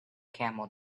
camel